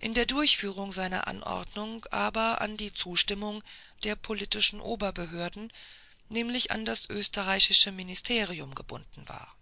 in der durchführung seiner anordnungen aber an die zustimmung der politischen oberbehörde nämlich an das österreichische ministerium gebunden war